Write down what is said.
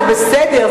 זה בסדר,